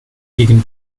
gegen